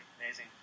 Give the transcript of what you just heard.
amazing